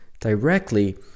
directly